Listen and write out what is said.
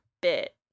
bit